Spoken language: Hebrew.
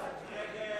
הצעת